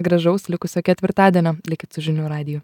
gražaus likusio ketvirtadienio likit su žinių radiju